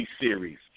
series